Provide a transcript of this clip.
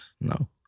No